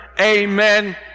Amen